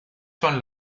son